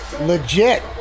Legit